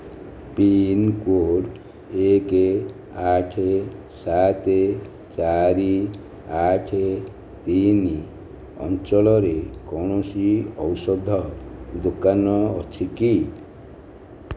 pincode ଏକ ଆଠ ସାତ ଚାରି ଆଠ ତିନି ଅଞ୍ଚଳରେ କୌଣସି ଔଷଧ ଦୋକାନ ଅଛି କି